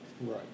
right